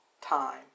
time